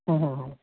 ᱦᱮᱸ ᱦᱮᱸ